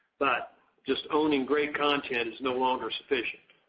but just owning great content is no longer sufficient.